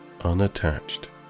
unattached